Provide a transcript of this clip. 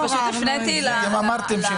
אתם אלה שעוררתם את זה,